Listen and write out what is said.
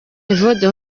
evode